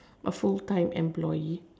a full time employee